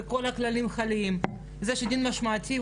בדרך כלל בין חמש לשמונה,